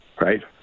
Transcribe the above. right